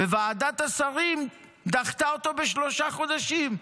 וועדת השרים דחתה אותו בשלושה חודשים.